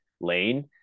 lane